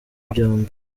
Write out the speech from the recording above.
byombi